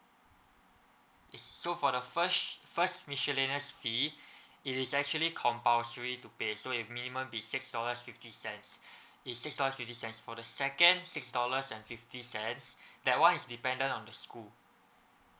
is so for the first miscellaneous fee it is actually compulsory to pay so is minimum be six dollars fifty cents it's six dollars fifty cents for the second six dollars and fifty cents that one is dependent on the school